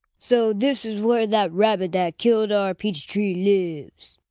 so this is where that rabbit that killed our peach tree lives!